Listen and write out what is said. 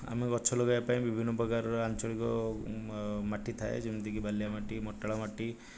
ଆମେ ଗଛ ଲଗେଇବା ପାଇଁ ବିଭିନ୍ନ ପ୍ରକାରର ଆଞ୍ଚଳିକ ମାଟି ଥାଏ ଯେମିତିକି ବାଲିଆ ମାଟି ମୋଟଳା ମାଟି